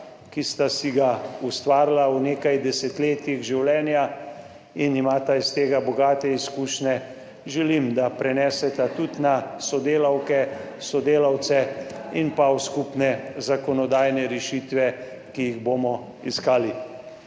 ki sta si ga ustvarila v nekaj desetletjih življenja in imata iz tega bogate izkušnje želim, da preneseta tudi na sodelavke, sodelavce in pa v skupne zakonodajne rešitve, ki jih bomo iskali.